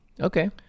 okay